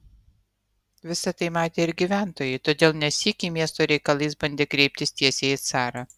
visa tai matė ir gyventojai todėl ne sykį miesto reikalais bandė kreiptis tiesiai į carą